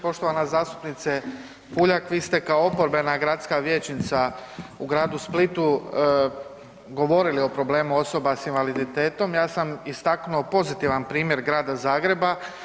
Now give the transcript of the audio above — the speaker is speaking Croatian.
Poštovana zastupnice Puljak vi ste kao oporbena gradska vijećnica u gradu Splitu govorili o problemu osoba s invaliditetom, ja sam istaknuo pozitivan primjer Grada Zagreba.